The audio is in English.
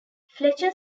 fletcher